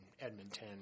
Edmonton